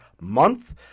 month